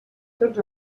tots